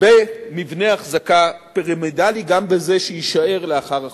במבנה אחזקה פירמידלי, גם בזה שיישאר לאחר החוק.